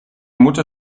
mutter